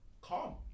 Calm